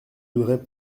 voudrais